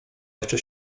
jeszcze